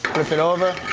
flip it over,